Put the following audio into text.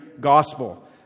gospel